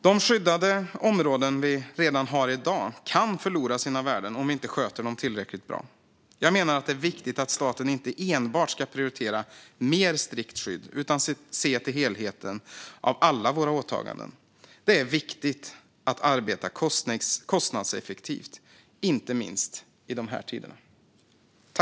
De skyddade områden vi redan har i dag kan förlora sina värden om vi inte sköter dem tillräckligt bra. Jag menar att det är viktigt att staten inte enbart ska prioritera mer strikt skydd utan se till helheten av alla våra åtaganden. Det är viktigt att arbeta kostnadseffektivt, inte minst i de här tiderna.